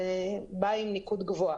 נקודות.